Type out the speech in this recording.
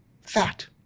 fat